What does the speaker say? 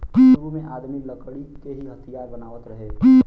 सुरु में आदमी लकड़ी के ही हथियार बनावत रहे